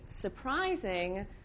surprising